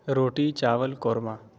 روٹی چاول قورمہ